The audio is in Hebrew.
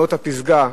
"נאות הפסגה",